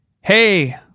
Hey